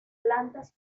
plantas